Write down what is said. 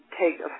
take